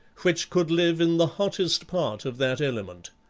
which could live in the hottest part of that element.